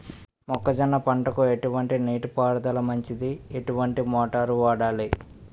మొక్కజొన్న పంటకు ఎటువంటి నీటి పారుదల మంచిది? ఎటువంటి మోటార్ వాడాలి?